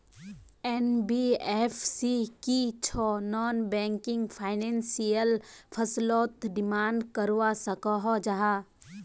NBFC की छौ non banking financial फसलोत डिमांड करवा सकोहो जाहा?